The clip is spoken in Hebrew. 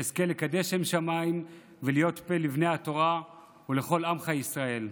שאזכה לקדש שם שמיים ולהיות פה לבני התורה ולכל עמך ישראל.